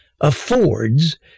affords